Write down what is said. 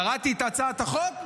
קראתי את הצעת החוק.